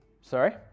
Sorry